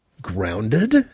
grounded